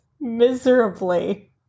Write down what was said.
miserably